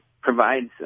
provides